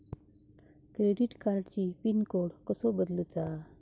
Credit कार्डची pin code कसो बदलुचा?